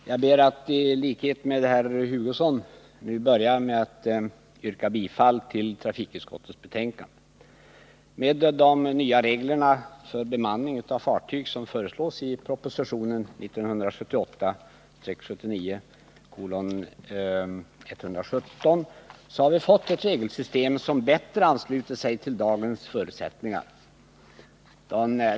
Herr talman! Jag ber att få börja med att, i likhet med Kurt Hugosson, yrka bifall till trafikutskottets hemställan. Med de nya regler för bemanning av fartyg som föreslås i propositionen 1978/79:117 har vi fått ett regelsystem som bättre ansluter sig till dagens förutsättningar.